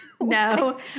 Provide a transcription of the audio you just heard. No